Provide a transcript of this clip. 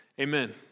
Amen